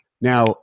Now